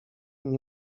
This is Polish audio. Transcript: nie